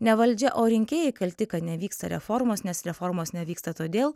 ne valdžia o rinkėjai kalti kad nevyksta reformos nes reformos nevyksta todėl